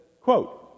quote